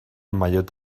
maillot